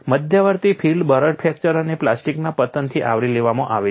મધ્યવર્તી ફિલ્ડ બરડ ફ્રેક્ચર અને પ્લાસ્ટિકના પતનથી આવરી લેવામાં આવે છે